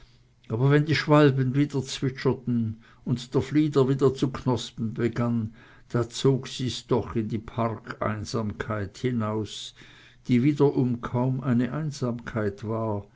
aber wenn die schwalben wieder zwitscherten und der flieder wieder zu knospen begann da zog sie's doch in die parkeinsamkeit hinaus die wiederum kaum eine einsamkeit war